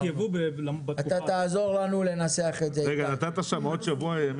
נתת עוד שבוע?